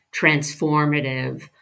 transformative